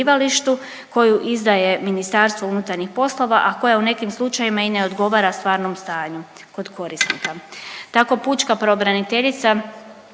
koju izdaje MUP, a koja u nekim slučajevima i ne odgovara stvarnom stanju kod korisnika. Tako pučka pravobraniteljica